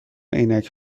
عینک